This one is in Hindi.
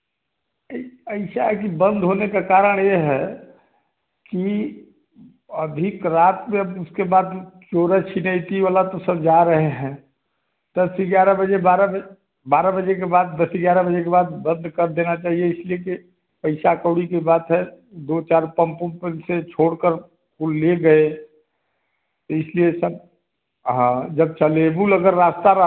एसा है कि बंद होने का कारण यह है कि अभी रात में अब उसके बाद चोरे छिनैती वाला तो सब जा रहे हैं दस ग्यारह बजे बारह बारह बजे के बाद दस ग्यारह बजे के बाद बंद कर देना चाहिए इसलिए कि पैसा कउड़ी की बात है दो चार पंप ओंप ऐसे छोड़कर कोई ले गए तो इसलिए सब हाँ जब चलेबुल अगर रास्ता रहा